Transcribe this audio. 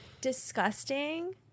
Disgusting